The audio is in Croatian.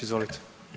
Izvolite.